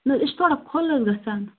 نہ یہِ چھُ تھوڑا کھُلہٕ گَژھان